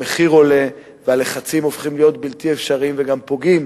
המחיר עולה והלחצים הופכים להיות בלתי אפשריים וגם פוגעים